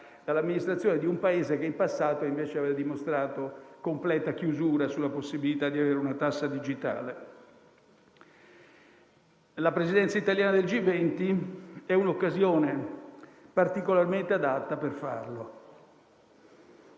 dell'amministrazione di un Paese che in passato aveva invece dimostrato completa chiusura sulla possibilità di avere una tassa digitale. La Presidenza italiana del G20 è un'occasione particolarmente adatta per farlo.